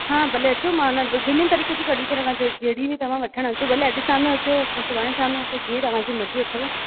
हा भले अचो मां अन ॿिनि तरीक़े जी कढी थी छॾां जहिड़ी बि तव्हां वठण अचो भले अॼु शामजो अचो सुभाणे शामजो अचो जीअं तव्हांजी मर्ज़ी अथव